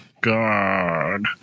God